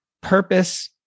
Purpose